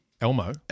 Elmo